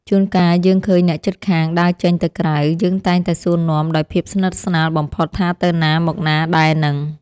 ជួនកាលយើងឃើញអ្នកជិតខាងដើរចេញទៅក្រៅ យើងតែងតែសួរនាំដោយភាពស្និទ្ធស្នាលបំផុតថាទៅណាមកណាដែរហ្នឹង។